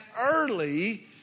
early